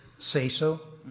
say so.